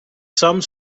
some